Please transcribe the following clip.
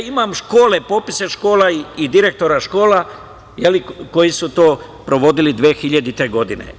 Imam škole, popise škola i direktora škola koji su to provodili 2000. godine.